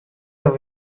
that